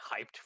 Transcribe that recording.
hyped